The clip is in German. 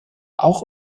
auch